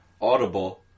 audible